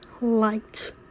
liked